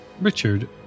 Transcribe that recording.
Richard